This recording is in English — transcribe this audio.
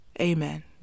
Amen